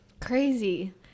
Crazy